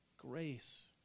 grace